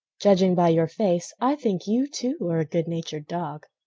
judging by your face, i think you, too, are a good-natured dog.